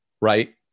right